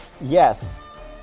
Yes